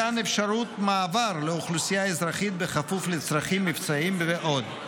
מתן אפשרות מעבר לאוכלוסייה אזרחית בכפוף לצרכים מבצעיים ועוד.